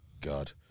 god